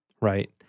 right